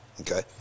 Okay